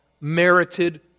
merited